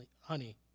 honey